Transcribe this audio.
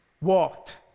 walked